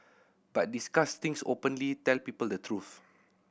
but discuss things openly tell people the truth